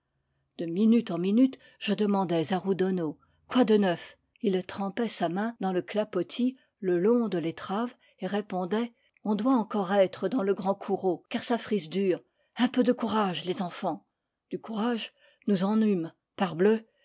de minute en minute je demandais à rudono quoi de neuf il trempait sa main dans le clapotis le long de l'étrave et répondait on doit encore être dans le grand coureau car ça frise dur un peu de courage les enfants du courage nous en